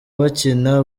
bakina